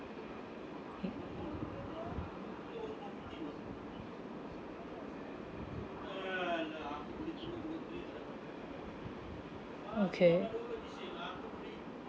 okay